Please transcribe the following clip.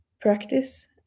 practice